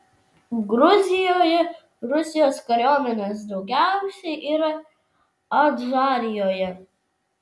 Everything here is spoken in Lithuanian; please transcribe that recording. gruzijoje rusijos kariuomenės daugiausiai yra adžarijoje